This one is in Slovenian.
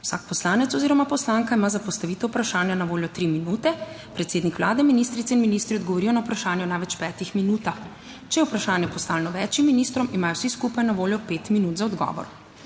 Vsak poslanec oziroma poslanka ima za postavitev vprašanja na voljo tri minute. Predsednik Vlade, ministrice in ministri odgovorijo na vprašanje v največ petih minutah. Če je vprašanje postavljeno več ministrom, imajo vsi skupaj na voljo pet minut za odgovor.